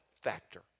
factor